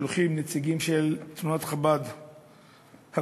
שלוחים, נציגים של תנועת חב"ד הגדולה,